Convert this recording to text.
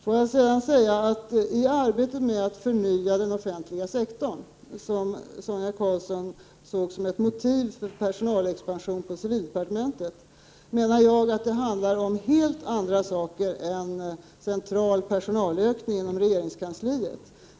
Låt mig också säga att arbetet med att förnya den offentliga sektorn, som Sonia Karlsson såg som ett motiv för personalexpansionen på civildepartementet, enligt min mening handlar om helt andra saker än central personalökning inom regeringskansliet.